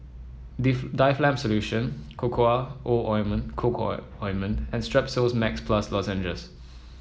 Difflam Solution O Ointment Coco O Ointment and Strepsils Max Plus Lozenges